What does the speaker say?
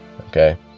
Okay